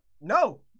No